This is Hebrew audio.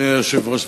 אדוני היושב-ראש,